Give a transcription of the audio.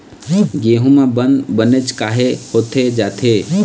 गेहूं म बंद बनेच काहे होथे जाथे?